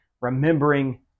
remembering